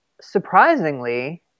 surprisingly